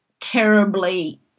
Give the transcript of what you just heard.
terribly